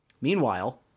Meanwhile